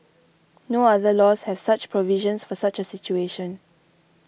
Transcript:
no other laws have such provisions for such a situation